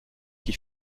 qui